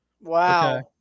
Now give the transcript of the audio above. Wow